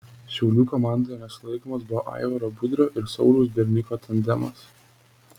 šiaulių komandoje nesulaikomas buvo aivaro budrio ir sauliaus berniko tandemas